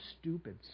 stupid